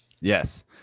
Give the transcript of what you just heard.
Yes